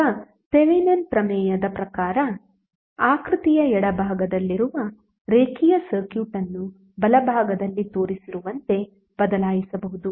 ಈಗ ಥೆವೆನಿನ್ ಪ್ರಮೇಯದ ಪ್ರಕಾರ ಆಕೃತಿಯ ಎಡಭಾಗದಲ್ಲಿರುವ ರೇಖೀಯ ಸರ್ಕ್ಯೂಟ್ ಅನ್ನು ಬಲಭಾಗದಲ್ಲಿ ತೋರಿಸಿರುವಂತೆ ಬದಲಾಯಿಸಬಹುದು